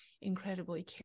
incredibly